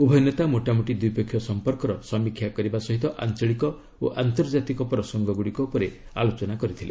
ଉଭୟ ନେତା ମୋଟା ମୋଟି ଦ୍ୱିପକ୍ଷିୟ ସମ୍ପର୍କର ସମୀକ୍ଷା କରିବା ସହ ଆଞ୍ଚଳିକ ଓ ଆନ୍ତର୍ଜାତିକ ପ୍ରସଙ୍ଗଗୁଡ଼ିକ ଉପରେ ଆଲୋଚନା କରିଛନ୍ତି